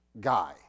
guy